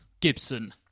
Gibson